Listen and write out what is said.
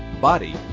body